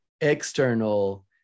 external